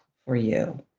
for you.